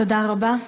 תודה רבה.